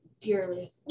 Dearly